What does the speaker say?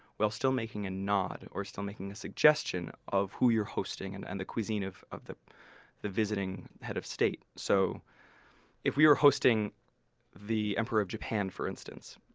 while still making a nod, or still making a suggestion, of who you're hosting and and the cuisine of of the the visiting head of state so if we were hosting the emperor of japan for instance,